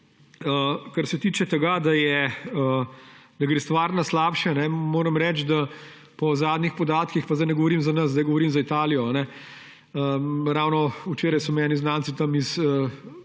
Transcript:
Kar se tiče tega, da gre stvar na slabše, moram reči, da po zadnjih podatkih – pa zdaj ne govorim za nas, zdaj govorim za Italijo. Ravno včeraj so me eni znanci iz